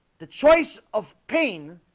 the choice of pain